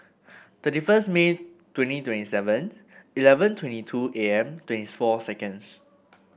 thirty first May twenty twenty Seven Eleven twenty two A M twentieth four seconds